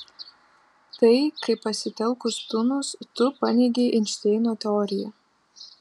tai kaip pasitelkusi tunus tu paneigei einšteino teoriją